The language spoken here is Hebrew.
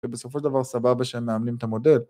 ובסופו של דבר סבבה שהם מאמנים את המודל.